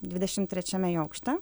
dvidešim trečiame jo aukšte